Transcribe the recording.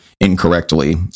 incorrectly